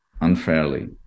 unfairly